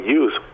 use